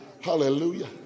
Hallelujah